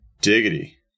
diggity